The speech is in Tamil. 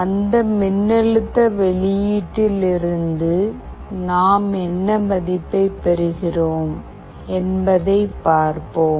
அந்த மின்னழுத்த வெளியீட்டில் இருந்து நாம் என்ன மதிப்பைப் பெறுகிறோம் என்பதைப் பார்ப்போம்